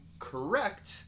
Correct